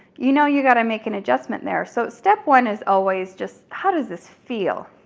you know you gotta make an adjustment there. so step one is always just, how does this feel?